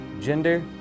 gender